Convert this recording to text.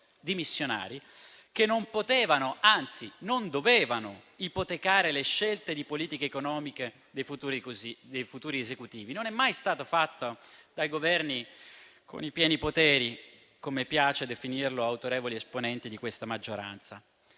dimissionari che non potevano, anzi non dovevano ipotecare le scelte delle politiche economiche dei futuri esecutivi. Non è mai stato fatto dai governi con i pieni poteri, come piace definirli ad autorevoli esponenti di questa maggioranza.